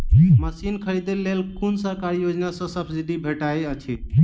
Machine खरीदे लेल कुन सरकारी योजना सऽ सब्सिडी भेटैत अछि?